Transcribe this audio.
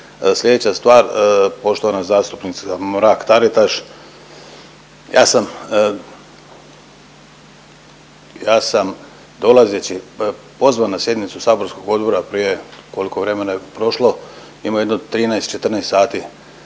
Sljedeća stvar, poštovana zastupnica Mrak-Taritaš ja sam, ja sam dolazeći, pozvan na sjednicu saborskog odbora prije koliko vremena je prošlo ima jedno 13, 14 sati